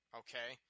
okay